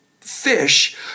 fish